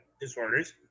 disorders